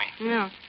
No